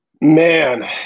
Man